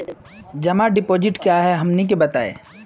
जमा डिपोजिट का हे हमनी के बताई?